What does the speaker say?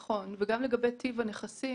נכון, וגם לגבי טיב הנכסים.